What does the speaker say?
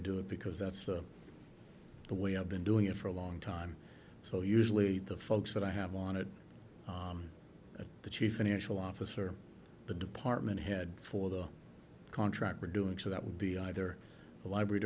do it because that's the the way i've been doing it for a long time so usually the folks that i have on it the chief financial officer the department head for the contractor doing so that would be either the library